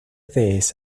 this